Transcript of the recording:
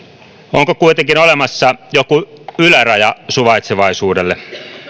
onko kuitenkin olemassa joku yläraja suvaitsevaisuudelle